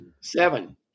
Seven